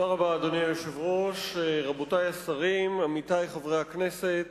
אדוני היושב-ראש, רבותי השרים, עמיתי חברי הכנסת,